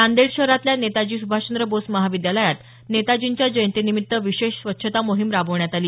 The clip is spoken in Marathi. नांदेड शहरातल्या नेताजी सुभाषचंद्र बोस महाविद्यालयात नेताजींच्या जयंतीनिमित्त विशेष स्वच्छता मोहिम राबवण्यात आली